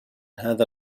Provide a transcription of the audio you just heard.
هذا